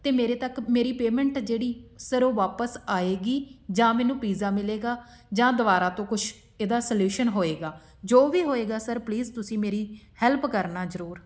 ਅਤੇ ਮੇਰੇ ਤੱਕ ਮੇਰੀ ਪੇਮੈਂਟ ਜਿਹੜੀ ਸਰ ਉਹ ਵਾਪਸ ਆਏਗੀ ਜਾਂ ਮੈਨੂੰ ਪੀਜ਼ਾ ਮਿਲੇਗਾ ਜਾਂ ਦੁਬਾਰਾ ਤੋਂ ਕੁਛ ਇਹਦਾ ਸਲਿਊਸ਼ਨ ਹੋਏਗਾ ਜੋ ਵੀ ਹੋਏਗਾ ਸਰ ਪਲੀਜ਼ ਤੁਸੀਂ ਮੇਰੀ ਹੈਲਪ ਕਰਨਾ ਜ਼ਰੂਰ